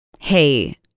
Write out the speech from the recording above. Hey